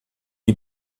les